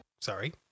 Sorry